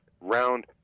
round